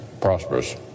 prosperous